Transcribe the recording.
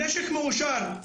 הנשק מאושר.